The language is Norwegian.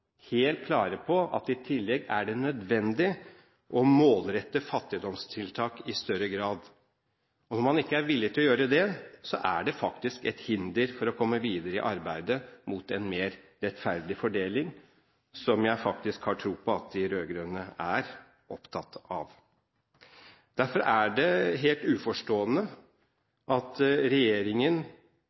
helt klare på at i tillegg er det nødvendig å målrette fattigdomstiltak i større grad. Når man ikke er villig til å gjøre det, er det faktisk et hinder for å komme videre i arbeidet mot en mer rettferdig fordeling, som jeg faktisk har tro på at de rød-grønne er opptatt av. Derfor er det helt uforståelig at regjeringen